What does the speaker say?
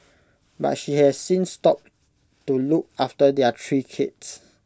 but she has since stopped to look after their three kids